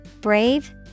Brave